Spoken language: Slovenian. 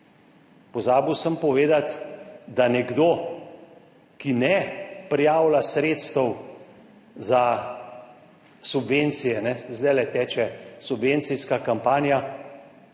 Pozabil sem povedati, da nekdo, ki ne prijavlja sredstev za subvencije, ne, zdajle teče subvencijska kampanja,